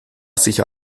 sicher